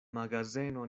magazeno